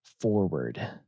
forward